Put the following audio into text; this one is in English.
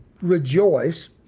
rejoice